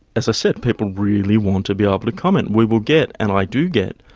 as i said, people really want to be able to comment. we will get, and i do get,